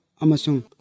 amasung